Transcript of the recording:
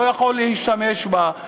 הוא לא יכול להשתמש בה,